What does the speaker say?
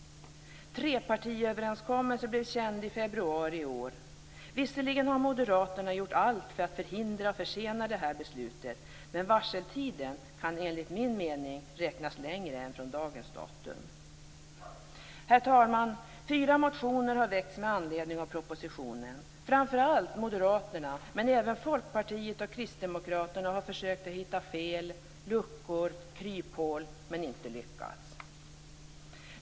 Trepartiöverenskommelsen blev känd i februari i år. Visserligen har moderaterna gjort allt för att förhindra och försena detta beslut, men varseltiden kan enligt min mening räknas längre än från dagens datum. Herr talman! Fyra motioner har väckts med anledning av propositionen. Framför allt Moderaterna, men även Folkpartiet och Kristdemokraterna har försökt hitta fel, luckor eller kryphål men har inte lyckats.